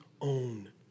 own